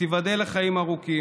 שתיבדל לחיים ארוכים,